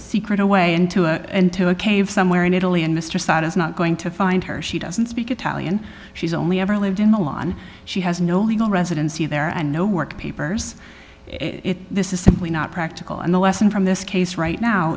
secret away into a into a cave somewhere in italy and mr assad is not going to find her she doesn't speak italian she's only ever lived in milan she has no legal residency there and no work papers it this is simply not practical and the lesson from this case right now